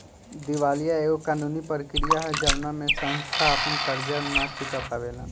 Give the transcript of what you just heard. दिवालीया एगो कानूनी प्रक्रिया ह जवना में संस्था आपन कर्जा ना चूका पावेला